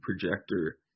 projector